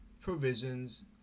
provisions